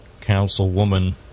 Councilwoman